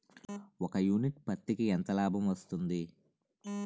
ఒక యూనిట్ పత్తికి ఎంత లాభం వస్తుంది?